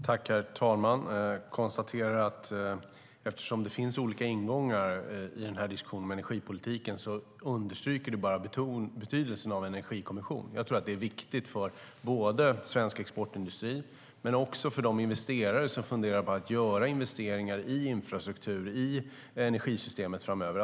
Herr talman! Jag konstaterar att eftersom det finns olika ingångar i diskussionen om energipolitiken understryker det bara betydelsen av en energikommission. Jag tror att det är viktigt att få mer långsiktiga spelregler både för svensk exportindustri och för de investerare som funderar på att göra investeringar i infrastruktur och i energisystemet framöver.